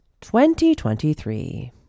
2023